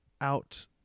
out